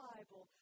Bible